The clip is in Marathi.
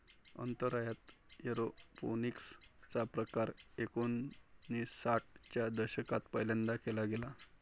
अंतराळात एरोपोनिक्स चा प्रकार एकोणिसाठ च्या दशकात पहिल्यांदा केला गेला